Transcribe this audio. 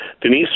Denise